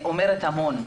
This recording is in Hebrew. זה אומר המון.